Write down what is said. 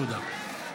תודה.